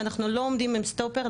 אנחנו לא עומדים עם סטופר,